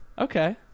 okay